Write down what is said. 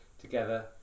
together